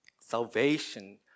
Salvation